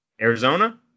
Arizona